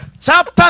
chapter